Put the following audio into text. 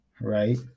right